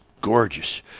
gorgeous